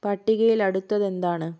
പട്ടികയിൽ അടുത്തതെന്താണ്